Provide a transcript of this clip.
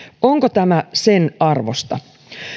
onko tämä sen arvoista